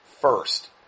first